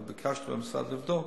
אבל ביקשתי מהמשרד לבדוק,